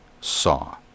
saw